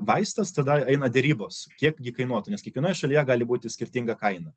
vaistas tada eina derybos kiek gi kainuotų nes kiekvienoje šalyje gali būti skirtinga kaina